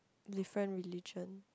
different religion